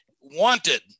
wanted